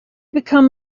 become